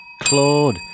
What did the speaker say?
Claude